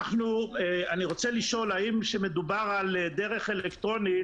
אני רוצה לשאול: האם כשמדובר על דרך אלקטרונית,